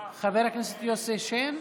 חבר הכנסת יוסי שיין,